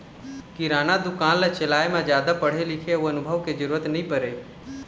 किराना दुकान ल चलाए म जादा पढ़े लिखे अउ अनुभव के जरूरत नइ परय